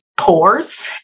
pores